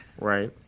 Right